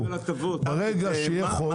ברגע שיהיה חוק,